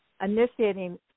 initiating